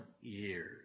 years